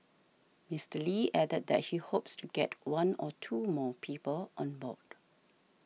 Mister Lee added that he hopes to get one or two more people on board